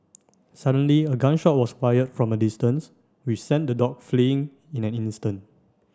suddenly a gun shot was fired from a distance which sent the dog fleeing in an instant